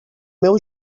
meu